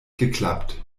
geklappt